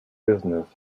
business